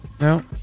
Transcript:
now